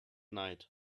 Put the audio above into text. night